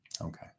Okay